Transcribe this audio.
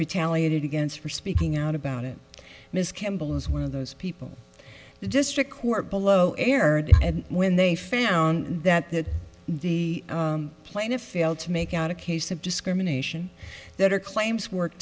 retaliated against for speaking out about it ms campbell is one of those people the district court below aired when they found that that the plaintiff failed to make out a case of discrimination that her claims work